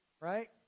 Right